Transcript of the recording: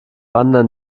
wandern